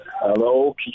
Hello